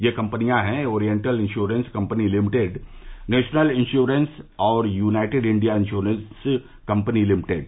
ये कपनियां हैं oriental insurance company limited national insurance और united India insurance company limited